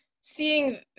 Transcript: seeing